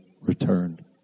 returned